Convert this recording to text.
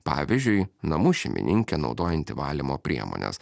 pavyzdžiui namų šeimininkė naudojanti valymo priemones